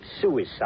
suicide